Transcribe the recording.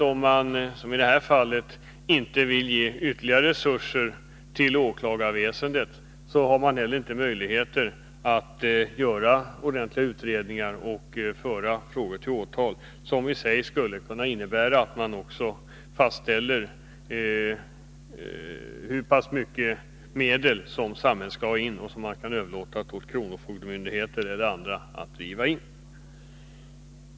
Om man, som i detta fall, inte vill ge ytterligare resurser till åklagarväsendet innebär det att man inte heller har möjligheter att göra ordentliga utredningar och föra frågor till åtal som i sig skulle kunna innebära att man också fastställer hur pass mycket medel som samhället skall ha in och som man överlåter på kronofogdemyndigheter eller andra att driva in.